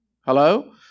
Hello